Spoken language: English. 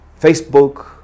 Facebook